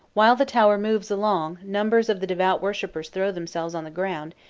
while the tower moves along numbers of the devout worshippers throw themselves on the ground,